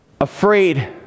afraid